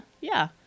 yeah